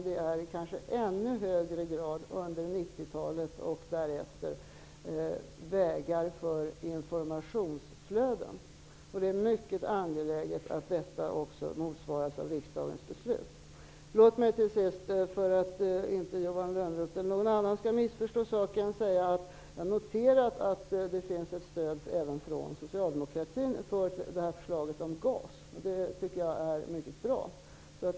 Det är under 1990-talet och därefter kanske i ännu högre grad vägar för informationsflöden. Det är mycket angeläget att detta också motsvaras av riksdagens beslut. För att inte Johan Lönnroth eller någon annan skall missförstå saken vill jag säga att jag har noterat att det finns ett stöd även från socialdemokratin för förslaget om GAS. Det tycker jag är mycket bra.